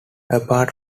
apart